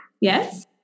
yes